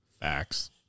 Facts